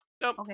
Nope